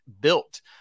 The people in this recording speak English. Built